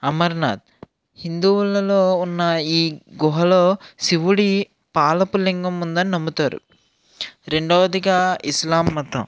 అమర్నాథ్ హిందువులలో ఉన్న ఈ గుహలో శివుడి పాలపు లింగము ఉందని నమ్ముతారు రెండవదిగా ఇస్లాం మతం